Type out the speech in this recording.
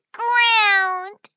ground